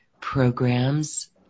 programs